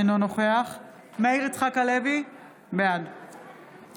אינו נוכח מאיר יצחק-הלוי, בעד